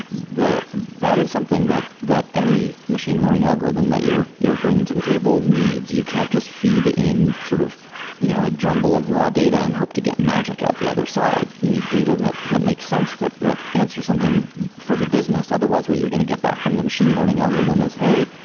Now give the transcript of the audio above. that is something that that any machine learning algorithm that you're you're bringing to the table needs. you can't just feed in sort of you know a jumble of raw data and hope to get magic out the other side. you need data that that makes sense that that answer something for the business. otherwise, what you're going to get back from the machine learning algorithm is, hey,